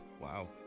Wow